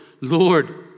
Lord